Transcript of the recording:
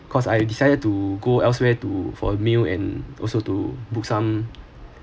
cause I decided to go elsewhere to for a meal and also to book some